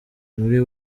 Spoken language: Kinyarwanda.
muri